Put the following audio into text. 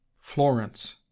Florence